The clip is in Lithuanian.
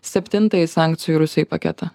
septintąjį sankcijų rusijai paketą